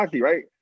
right